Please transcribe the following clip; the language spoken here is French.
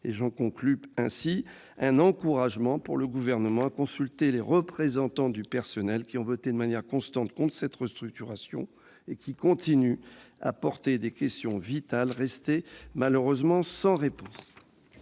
abstention sera un encouragement pour le Gouvernement à consulter les représentants du personnel qui ont voté de manière constante contre cette restructuration et continuent à poser des questions vitales restées malheureusement sans réponses.